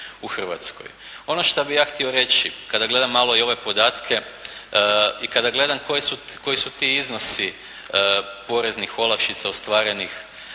u Hrvatskoj. Ono što bih ja htio reći kada gledam malo i ove podatke i kada gledam koji su ti iznosi poreznih olakšica ostvarenih